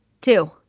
two